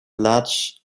large